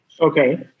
Okay